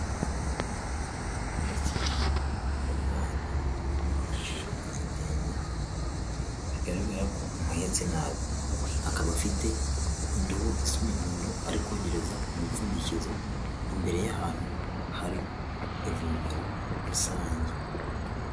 Umumama uhetse umwana amuhekesheje igitenge bigaragara ko amuhetse nabi, akaba afite indobo y'umuhondo ari kogereza umupfundikizo imbere y'ahantu hari ivomero rusange.